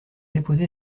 déposé